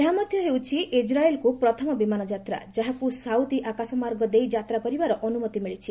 ଏହା ମଧ୍ୟ ହେଉଛି ଇକ୍ରାଏଲ୍କୁ ପ୍ରଥମ ବିମାନ ଯାତ୍ରା ଯାହାକି ସାଉଦି ଆକାଶ ମାର୍ଗ ଦେଇ ଯାତ୍ରା କରିବାର ଅନୁମତି ମିଳିଛି